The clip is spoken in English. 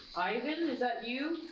ivan? is that you?